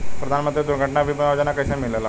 प्रधानमंत्री दुर्घटना बीमा योजना कैसे मिलेला?